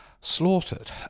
slaughtered